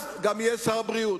אז גם יהיה שר בריאות.